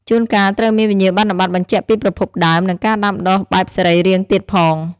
ជួនកាលត្រូវមានវិញ្ញាបនបត្របញ្ជាក់ពីប្រភពដើម និងការដាំដុះបែបសរីរាង្គទៀតផង។